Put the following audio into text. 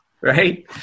Right